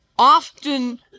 often